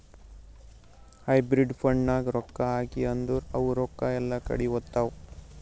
hybrid ಫಂಡ್ನಾಗ್ ರೊಕ್ಕಾ ಹಾಕಿ ಅಂದುರ್ ಅವು ರೊಕ್ಕಾ ಎಲ್ಲಾ ಕಡಿ ಹೋತ್ತಾವ್